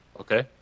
Okay